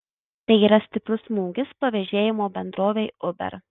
tai yra stiprus smūgis pavėžėjimo bendrovei uber